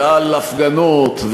ועל הפגנות,